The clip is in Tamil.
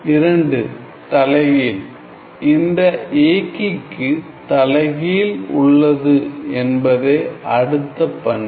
2தலைகீழ் இந்த இயக்கிக்கு தலைகீழ் உள்ளது என்பதே அடுத்த பண்பு